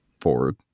forward